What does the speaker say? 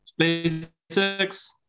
SpaceX